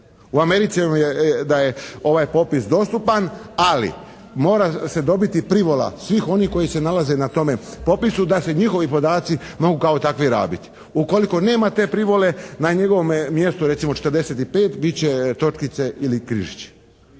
U Americi je da je ovaj popis dostupan, ali mora se dobiti privola svih onih koji se nalaze na tome popisu da se njihovi podaci mogu kao takvi rabiti. Ukoliko nema te privole, na njegovome mjestu recimo 45. bit će točkice ili križići.